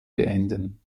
beenden